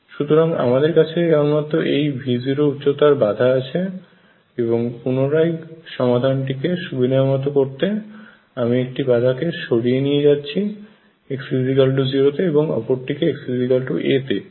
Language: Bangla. সুতরাং আমাদের কাছে কেবলমাত্র এই V0 উচ্চতার বাধা আছে এবং পুনরায় সমাধানটি কে সুবিধামতো করতে আমি একটি বাধাকে সরিয়ে নিয়ে যাচ্ছি x0 তে এবং আপরটিকে xa তে